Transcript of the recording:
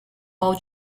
all